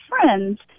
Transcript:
friends